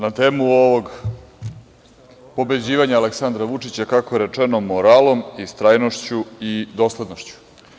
Na temu ovog pobeđivanja Aleksandra Vučića, kako je rečeno, moralom, istrajnošću i doslednošću.